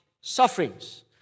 sufferings